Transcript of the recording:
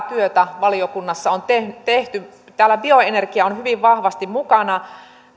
työtä valiokunnassa on tehty täällä bioenergia on hyvin vahvasti mukana